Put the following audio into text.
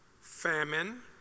famine